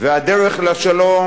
והדרך לשלום,